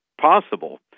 possible